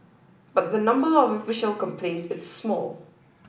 but the number of official complaints is small